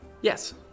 Yes